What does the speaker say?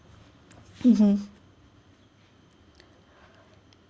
mmhmm